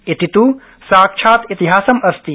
इति तु साक्षात् इतिहासमस्ति